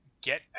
get